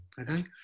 okay